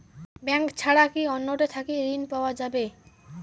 Bank ছাড়া কি অন্য টে থাকি ঋণ পাওয়া যাবে?